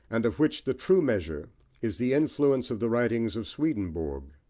and of which the true measure is the influence of the writings of swedenborg.